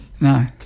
No